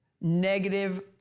negative